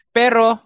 pero